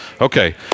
Okay